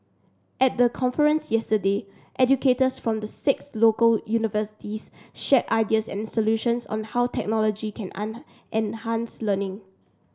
at the conference yesterday educators from the six local universities shared ideas and solutions on how technology can enhance learning